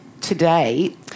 today